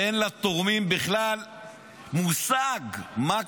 אין לתורמים בכלל מושג מה קרה.